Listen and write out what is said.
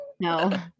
No